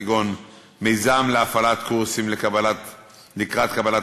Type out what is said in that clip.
כגון מיזם להפעלת קורסים לקראת קבלת